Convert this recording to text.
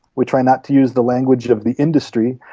we try not to use the language of the industry,